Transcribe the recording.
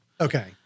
Okay